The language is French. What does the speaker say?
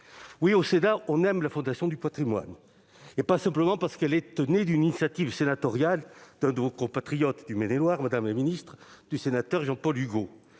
Oui, au Sénat, on aime la Fondation du patrimoine ! On l'aime non seulement parce qu'elle est née d'une initiative sénatoriale, celle d'un de vos compatriotes de Maine-et-Loire, madame la ministre, le sénateur Jean-Paul Hugot,